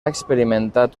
experimentat